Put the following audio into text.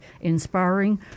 inspiring